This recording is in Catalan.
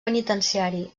penitenciari